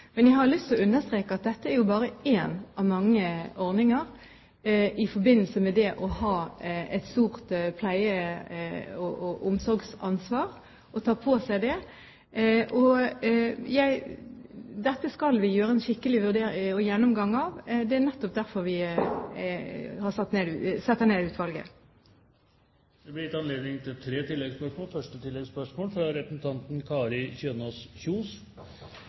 Men jeg har lyst til å understreke at dette er bare en av mange ordninger i forbindelse med det å ta på seg et stort pleie- og omsorgsansvar. Dette skal vi ha en skikkelig gjennomgang av. Det er nettopp derfor vi setter ned utvalget. Det blir gitt anledning til tre oppfølgingsspørsmål – først Kari Kjønaas Kjos.